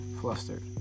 flustered